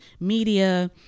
media